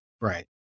right